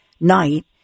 night